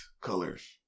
colors